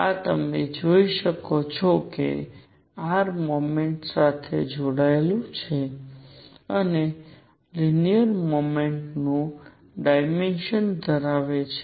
આ તમે જોઈ શકો છો કે r મોમેન્ટ સાથે જોડાયેલું છે અને લિનિયર મોમેન્ટમ નું ડાયમેન્શન ધરાવે છે